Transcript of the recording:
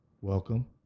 Welcome